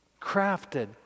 crafted